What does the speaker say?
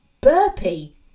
burpy